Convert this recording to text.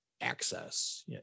access